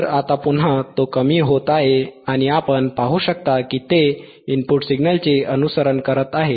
तर आता पुन्हा तो कमी होत आहे आणि आपण पाहू शकता की ते इनपुट सिग्नलचे अनुसरण करत आहे